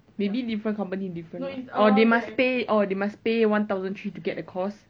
maybe different company different lah orh orh they must pay one thousand three to get the course